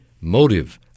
motive